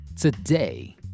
Today